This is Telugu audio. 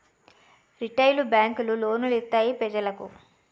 రిటైలు బేంకులు లోను లిత్తాయి పెజలకు